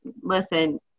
listen